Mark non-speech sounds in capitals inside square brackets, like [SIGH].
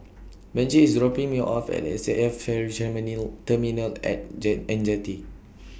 Benji IS dropping Me off At S A F Ferry [UNINTELLIGIBLE] Terminal At Jet and Jetty